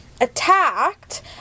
attacked